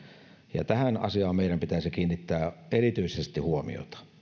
ja tähän asiaan meidän pitäisi kiinnittää erityisesti huomiota